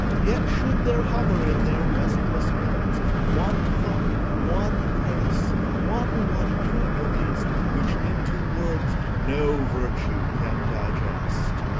yet should there hover in their restless heads one thought, one grace, one wonder, at the least, which into words no virtue can digest.